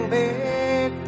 big